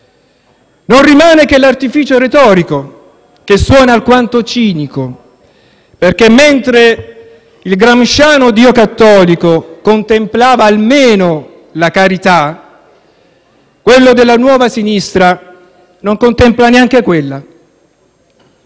non rimane che l'artificio retorico, che suona alquanto cinico, perché mentre il gramsciano Dio cattolico contemplava almeno la carità, quello della nuova sinistra non contempla neanche quella.